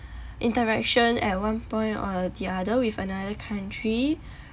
interaction at one point or the other with another country